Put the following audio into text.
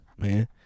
Man